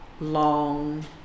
long